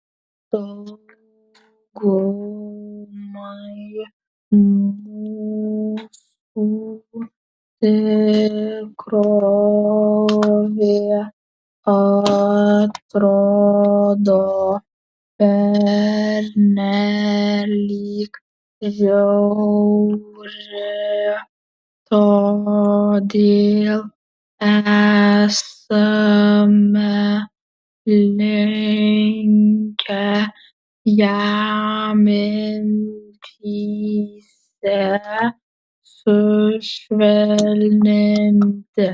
daugumai mūsų tikrovė atrodo pernelyg žiauri todėl esame linkę ją mintyse sušvelninti